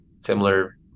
similar